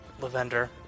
Lavender